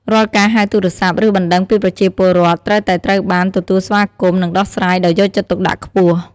រាល់ការហៅទូរស័ព្ទ ឬបណ្តឹងពីប្រជាពលរដ្ឋ ត្រូវតែត្រូវបាន ទទួលស្វាគមន៍ និងដោះស្រាយដោយយកចិត្តទុកដាក់ខ្ពស់។